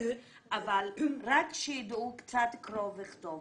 אבל רק שידעו קצת קרוא וכתוב.